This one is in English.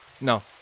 No